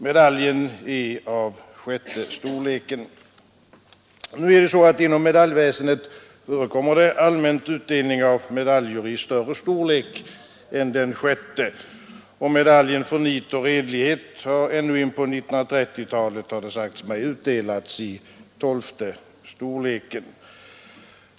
Medaljen är av sjätte storleken. Inom medaljväsendet förekommer ingen utdelning av medaljer i större storlek än sjätte. Medaljen för nit och redlighet har ännu in på 1930-talet, har det sagts mig, utdelats i tolfte storleken.